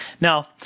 Now